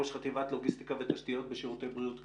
ראש חטיבת לוגיסטיקה ותשתיות בשירותי בריאות כללית.